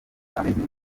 amazing